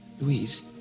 Louise